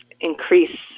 increase